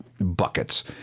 buckets